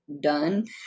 done